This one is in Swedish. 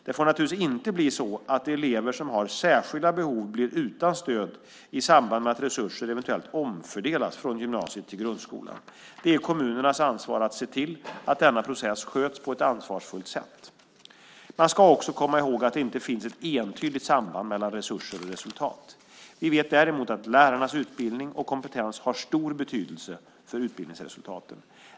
Det får naturligtvis inte bli så att elever som har särskilda behov blir utan stöd i samband med att resurser eventuellt omfördelas från gymnasiet till grundskolan. Det är kommunernas ansvar att se till att denna process sköts på ett ansvarsfullt sätt. Man ska också komma ihåg att det inte finns ett entydigt samband mellan resurser och resultat. Vi vet däremot att lärarnas utbildning och kompetens har stor betydelse för utbildningsresultaten.